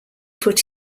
put